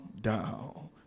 down